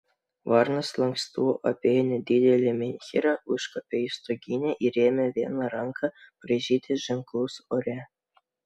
varnas lankstu apėjo nedidelį menhyrą užkopė į stoginę ir ėmė viena ranka braižyti ženklus ore